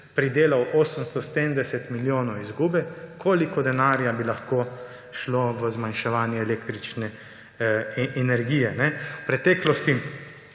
pridelal 870 milijonov izgube; koliko denarja bi lahko šlo v zmanjševanje električne energije. V preteklosti